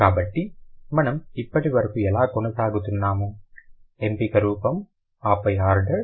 కాబట్టి మనము ఇప్పటివరకు ఎలా కొనసాగుతున్నాము ఎంపిక రూపం ఆపై ఆర్డర్